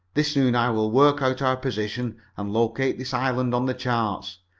this noon i will work out our position and locate this island on the chart.